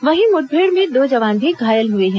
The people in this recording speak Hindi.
वहीं मुठभेड़ में दो जवान भी घायल हुए हैं